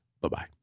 Bye-bye